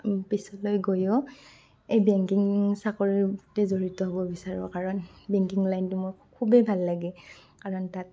পিছলৈ গৈও এই বেংকিং চাকৰিতে জড়িত হ'ব বিচাৰোঁ কাৰণ বেংকিং লাইনটো মোৰ খুবেই ভাল লাগে কাৰণ তাত